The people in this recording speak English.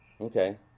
Okay